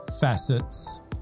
facets